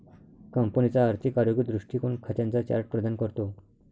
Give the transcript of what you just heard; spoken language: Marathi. कंपनीचा आर्थिक आरोग्य दृष्टीकोन खात्यांचा चार्ट प्रदान करतो